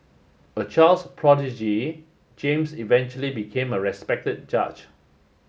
a child's prodigy James eventually became a respected judge